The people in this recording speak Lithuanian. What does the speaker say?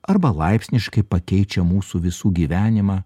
arba laipsniškai pakeičia mūsų visų gyvenimą